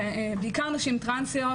בעיקר נשים טרנסיות,